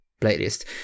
playlist